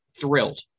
thrilled